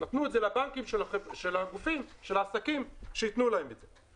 נתנו את זה לבנקים של העסקים, שיתנו להם את זה.